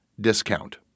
discount